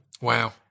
Wow